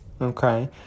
Okay